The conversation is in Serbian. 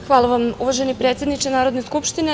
Zahvaljujem, uvaženi predsedniče Narodne skupštine.